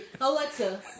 Alexa